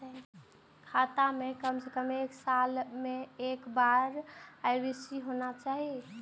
खाता में काम से कम एक साल में एक बार के.वाई.सी होना चाहि?